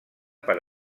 per